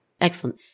Excellent